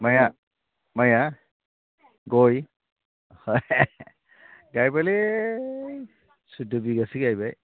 माया माया गय गायबायलै सुइद' बिघासो गायबाय